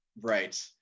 Right